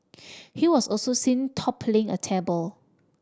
he was also seen toppling a table